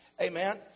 Amen